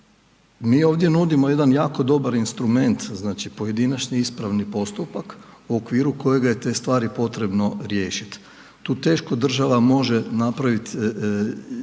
Mi ovdje nudimo jedan jako dobar instrument znači pojedinačni ispravni postupak u okviru kojega je te stvari potrebno riješiti. Tu teško država može napraviti